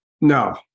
No